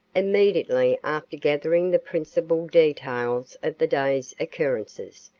immediately after gathering the principal details of the day's occurrences,